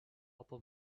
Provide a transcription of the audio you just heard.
upper